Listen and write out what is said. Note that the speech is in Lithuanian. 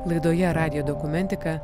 laidoje radijo dokumentika